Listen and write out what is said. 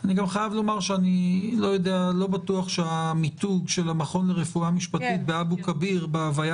אני לא בטוח שהמיתוג של המכון לרפואה משפטית באבו כביר בהוויה